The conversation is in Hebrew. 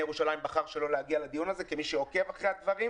ירושלים בחר שלא להגיע לדיון הזה כמי שעוקב אחרי הדברים